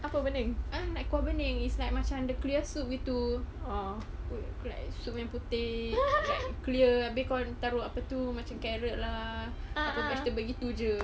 apa burning